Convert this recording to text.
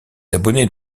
abonnés